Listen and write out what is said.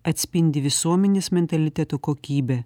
atspindi visuomenės mentaliteto kokybę